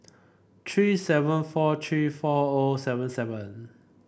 three seven four three four O seven seven